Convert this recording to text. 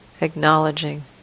acknowledging